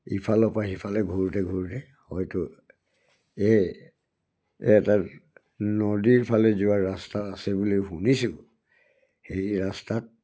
ইফালৰ পৰা সিফালে ঘূৰোতে ঘূৰোতে হয়তো এই এটা নদীৰফালে যোৱা ৰাস্তা আছে বুলি শুনিছোঁ সেই ৰাস্তাত